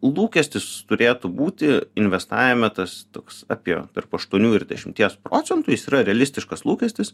lūkestis turėtų būti investavime tas toks apie tarp aštuonių ir dešimties procentų jis yra realistiškas lūkestis